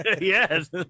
Yes